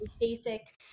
basic